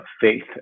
faith